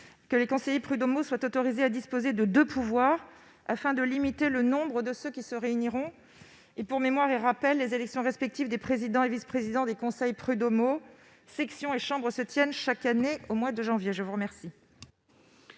que les conseillers prud'homaux soient autorisés à disposer chacun de deux pouvoirs, afin de limiter le nombre de ceux qui se réuniront. Pour mémoire, les élections respectives des présidents et vice-présidents des conseils prud'homaux, sections et chambres se tiennent chaque année au mois de janvier. La parole